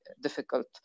difficult